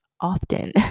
often